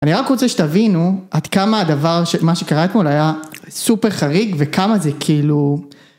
אני רק רוצה שתבינו, עד כמה הדבר, מה שקרה אתמול היה סופר חריג וכמה זה כאילו...